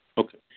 Okay